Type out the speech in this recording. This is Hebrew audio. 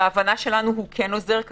בהבנה שלנו כרגע הוא כן עוזר.